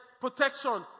protection